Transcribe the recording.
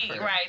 right